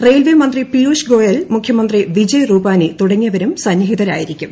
railway മന്ത്രി പിയൂഷ് ഗോയൽ മുഖ്യമന്ത്രി വിജയ് തുടങ്ങിയവരും രൂപാണി സന്നിഹിതരായിരിക്കും